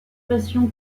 passion